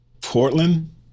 Portland